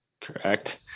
Correct